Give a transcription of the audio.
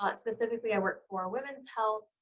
but specifically, i work for women's health,